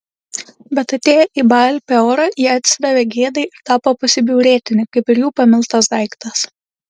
bet atėję į baal peorą jie atsidavė gėdai ir tapo pasibjaurėtini kaip ir jų pamiltas daiktas